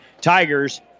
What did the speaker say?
Tigers